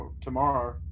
tomorrow